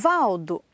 Valdo